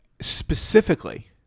specifically